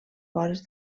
vores